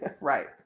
Right